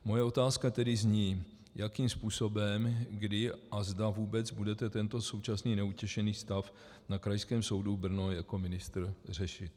Moje otázka zní, jakým způsobem, kdy a zda vůbec budete tento současný neutěšený stav na Krajském soudu Brno jako ministr řešit.